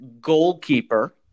goalkeeper